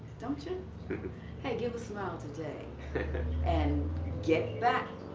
don't you. hey give a smile today and get back.